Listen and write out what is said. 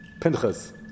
Pinchas